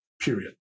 period